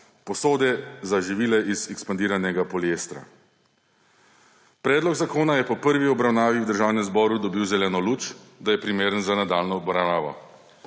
posode za živila iz ekspandiranega poliestra. Predlog zakona je po prvi obravnavi v Državnem zboru dobil zeleno luč, da je primeren za nadaljnjo obravnavo.